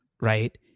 right